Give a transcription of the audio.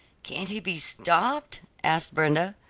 can't he be stopped? asked brenda.